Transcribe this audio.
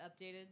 updated